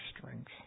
strength